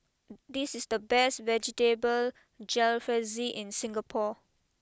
this is the best Vegetable Jalfrezi in Singapore